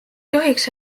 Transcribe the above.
tohiks